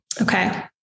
Okay